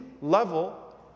level